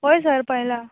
हय सर पळयलां